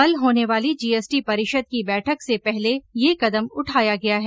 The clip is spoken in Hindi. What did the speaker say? कल होने वाली जी एस टी परिषद की बैठक से पहले यह कदम उठाया गया है